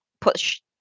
push